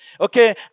Okay